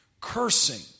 cursing